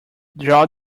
draw